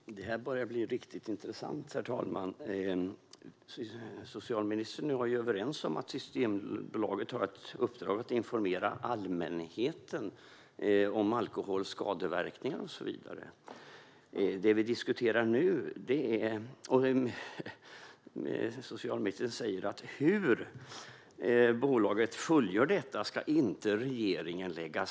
Herr talman! Det här börjar bli riktigt intressant. Socialministern och jag är överens om att Systembolaget har i uppdrag att informera allmänheten om alkoholens skadeverkningar och så vidare. Socialministern säger dock att regeringen inte ska lägga sig i hur bolaget fullgör detta. Det är anmärkningsvärt.